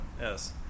Yes